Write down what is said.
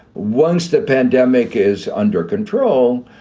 once the pandemic is under control,